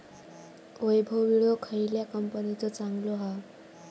वैभव विळो खयल्या कंपनीचो चांगलो हा?